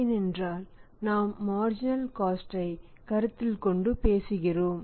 ஏனென்றால் நாம் marginal cost ஐ கருத்தில் கொண்டு பேசுகிறோம்